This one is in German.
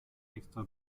extra